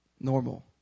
normal